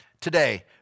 Today